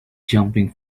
jumping